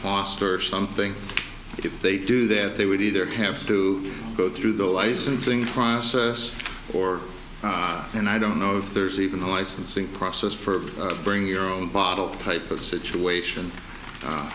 pasta or something if they do that they would either have to go through the licensing process or and i don't know if there's even the licensing process for bring your own bottle type of situation